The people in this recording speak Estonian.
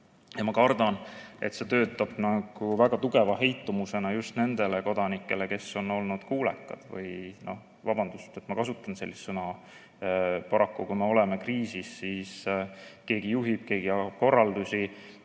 Ma kardan, et see töötab väga tugeva heitumusena just nende kodanike puhul, kes on olnud kuulekad. Vabandust, et ma kasutan sellist sõna. Paraku, kui me oleme kriisis, siis keegi juhib, keegi annab korraldusi,